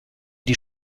die